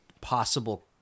possible